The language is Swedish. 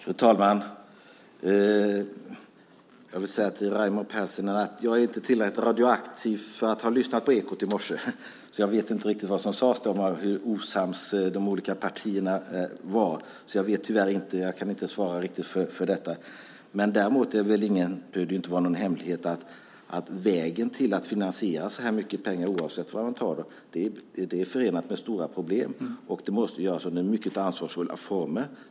Fru talman! Jag vill säga till Raimo Pärssinen att jag inte är tillräckligt radioaktiv för att ha lyssnat på Ekot i morse, så jag vet inte riktigt vad som sades om hur osams de olika partierna är. Jag kan tyvärr inte svara på detta. Däremot behöver det inte vara någon hemlighet att vägen till att finansiera så här mycket pengar, oavsett var man tar dem, är förenad med stora problem. Det måste göras under mycket ansvarsfulla former.